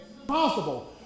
impossible